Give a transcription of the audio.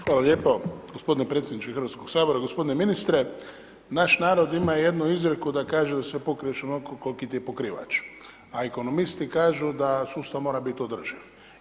Hvala lijepo gospodine predsjedniče Hrvatskoga sabora, gospodine ministre naš narod ima jednu izreku da kaže, da se pokriješ onolko kolki ti je pokrivač, a ekonomisti kažu da sustav mora biti održiv.